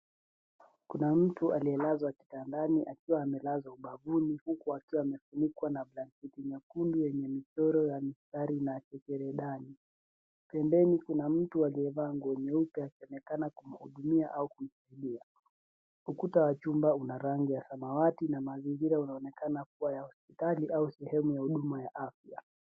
Kuna mtu aliyelazwa kitandani akiwa amelazwa ubavuni huku akiwa amefunikwa na blanketi nyekundu yenye michoro ya mstari na chekeredani pembeni kuna mtu aliyevaa nguo nyeupe asemekana kumhudumia au kumsaidia. Ukuta wa chumba una rangi ya samawati na mazingira inaonekana kuwa ya hospitali au sehemu ya huduma ya afya.